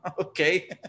Okay